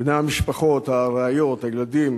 בני המשפחות, הרעיות, הילדים,